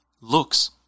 looks